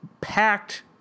packed